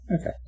Okay